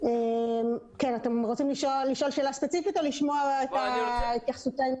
אתם רוצים לשאול שאלה ספציפית או לשמוע את התייחסותנו?